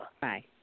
Bye